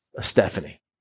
Stephanie